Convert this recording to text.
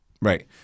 Right